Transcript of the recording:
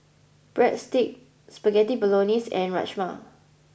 Breadsticks Spaghetti Bolognese and Rajma